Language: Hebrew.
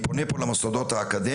ואני פונה פה למוסדות האקדמיים,